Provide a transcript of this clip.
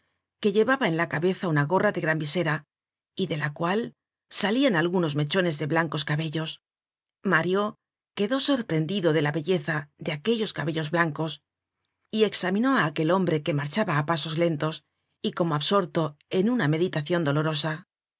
que llevaba en la cabeza una gorra de gran visera y de la cual salian algunos mechones de blancos cabellos mario quedó sorprendido de la belleza de aquellos cabellos blancos y examinó á aquel hombre que marchaba á pasos lentos y como absorto en una meditacion dolorosa